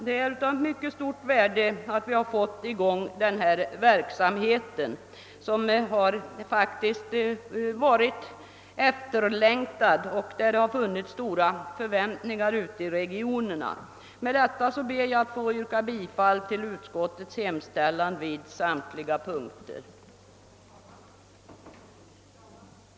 Det är av mycket stort värde att vi fått i gång den här verksamheten som faktiskt varit efterlängtad och be träffande vilken det funnits stora förväntningar i regionerna. Herr talman! Med det sagda ber jag att beträffande samtliga punkter få yrka bifall till utskottets hemställan.